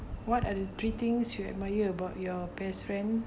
what are the three things you admire about your best friend